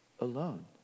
alone